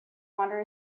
wander